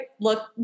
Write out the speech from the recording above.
look